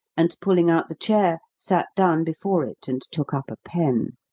and, pulling out the chair, sat down before it and took up a pen.